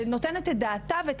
שנותנת את דעתה ואת